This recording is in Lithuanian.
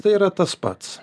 tai yra tas pats